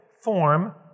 form